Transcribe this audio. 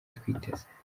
twiteze